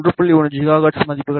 1 gigahertz மதிப்புகளைத் தரும்